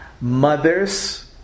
mother's